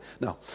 No